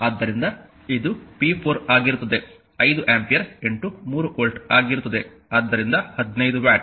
ಆದ್ದರಿಂದ ಇದು p4 ಆಗಿರುತ್ತದೆ 5 ಆಂಪಿಯರ್ 3 ವೋಲ್ಟ್ ಆಗಿರುತ್ತದೆ ಆದ್ದರಿಂದ 15 ವ್ಯಾಟ್